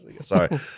sorry